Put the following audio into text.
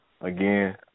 again